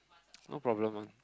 no problem one